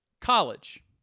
College